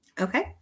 Okay